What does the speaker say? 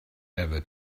ever